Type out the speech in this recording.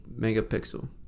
megapixel